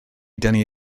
dynnu